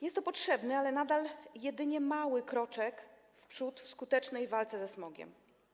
Jest to potrzebny, ale nadal jedynie mały kroczek w przód w skutecznej walce ze smogiem.